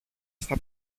στα